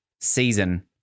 season